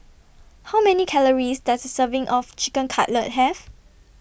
How Many Calories Does A Serving of Chicken Cutlet Have